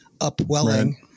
upwelling